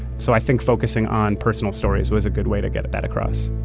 so i think focusing on personal stories was a good way to get that across